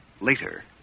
Later